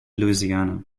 louisiana